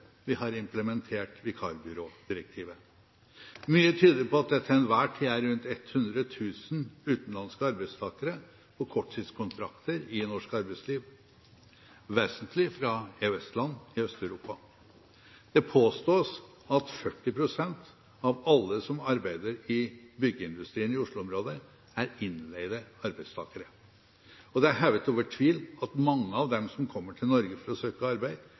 vi har implementert vikarbyrådirektivet. Mye tyder på at det til enhver tid er rundt 100 000 utenlandske arbeidstakere på korttidskontrakter i norsk arbeidsliv, vesentlig fra EØS-land i Øst-Europa. Det påstås at 40 pst. av alle som arbeider i byggeindustrien i Oslo-området, er innleide arbeidstakere. Det er hevet over tvil at mange av dem som kommer til Norge for å søke arbeid,